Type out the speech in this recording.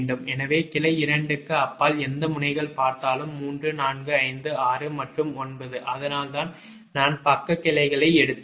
எனவே கிளை 2 க்கு அப்பால் எந்த முனைகள் பார்த்தாலும் 3456 மற்றும் 9 அதனால்தான் நான் பக்க கிளைகளை எடுத்துள்ளேன்